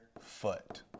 foot